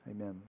Amen